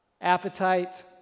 appetite